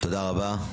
תודה רבה.